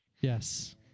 yes